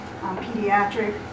pediatric